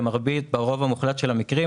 ברוב המוחלט של המקרים,